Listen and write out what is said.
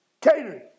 Catering